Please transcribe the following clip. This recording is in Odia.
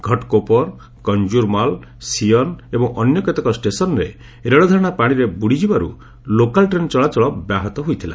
ଘଟ୍କୋପର୍ କଞ୍ଚର୍ମାଲ୍ ସିଅନ୍ ଏବଂ ଅନ୍ୟ କେତେକ ଷ୍ଟେସନ୍ରେ ଏବେ ରେଳଧାରଣା ପାଣିରେ ବୃଡ଼ିଯିବାର୍ତ ଲୋକାଲ୍ ଟ୍ରେନ୍ ଚଳାଚଳ ବ୍ୟାହତ ହୋଇଥିଲା